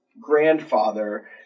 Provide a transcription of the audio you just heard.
grandfather